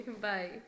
Bye